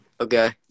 okay